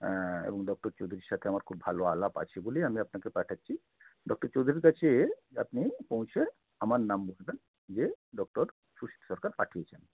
এবং ডক্টর চৌধুরীর সাথে আমার খুব ভালো আলাপ আছে বলেই আমি আপনাকে পাঠাচ্ছি ডক্টর চৌধুরীর কাছে আপনি পৌঁছে আমার নাম বলবেন যে ডক্টর সুশীত সরকার পাঠিয়েছেন